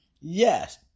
Yes